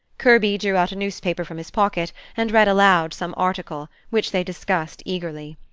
kirby drew out a newspaper from his pocket and read aloud some article, which they discussed eagerly.